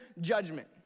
judgment